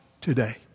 today